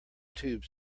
tube